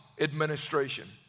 administration